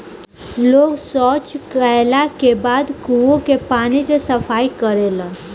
लोग सॉच कैला के बाद कुओं के पानी से सफाई करेलन